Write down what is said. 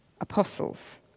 Apostles